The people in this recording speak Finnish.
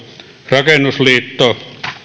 rakennusliitto